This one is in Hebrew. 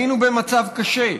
היינו במצב קשה.